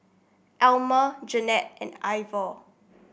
Elmer Jeanette and Ivor